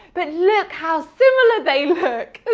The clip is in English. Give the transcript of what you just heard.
but look how similar they look!